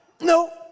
No